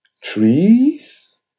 trees